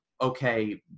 okay